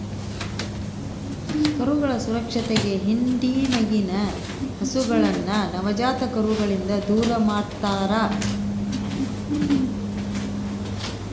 ಕರುಗಳ ಸುರಕ್ಷತೆಗೆ ಹಿಂಡಿನಗಿನ ಹಸುಗಳನ್ನ ನವಜಾತ ಕರುಗಳಿಂದ ದೂರಮಾಡ್ತರಾ